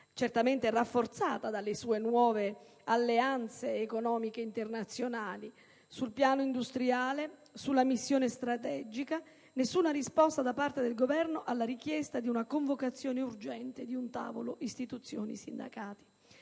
certamente rafforzata dalle sue nuove alleanze economiche internazionali sul piano industriale e nella sua missione strategica, né dal Governo è stata data alcuna risposta alla richiesta di una convocazione urgente di un tavolo istituzioni-sindacati.